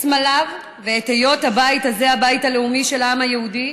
את סמליו ואת היות הבית הזה הבית הלאומי של העם היהודי,